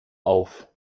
auf